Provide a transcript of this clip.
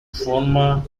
forma